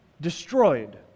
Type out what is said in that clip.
destroyed